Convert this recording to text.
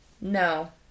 No